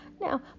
Now